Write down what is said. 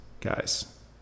Guys